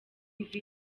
iva